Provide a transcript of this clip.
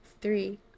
three